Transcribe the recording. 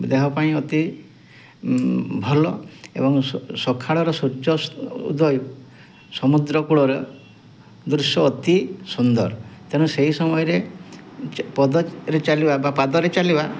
ଦେହ ପାଇଁ ଅତି ଭଲ ଏବଂ ସକାଳର ସୂର୍ଯ୍ୟ ଉଦୟ ସମୁଦ୍ର କୂଳର ଦୃଶ୍ୟ ଅତି ସୁନ୍ଦର ତେଣୁ ସେଇ ସମୟରେ ପଦରେ ଚାଲିବା ବା ପାଦରେ ଚାଲିବା